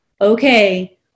okay